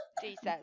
Jesus